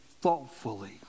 thoughtfully